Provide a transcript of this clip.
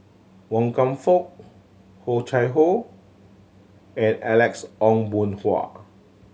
Wan Kam Fook Oh Chai Hoo and Alex Ong Boon Hau